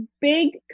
big